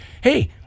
hey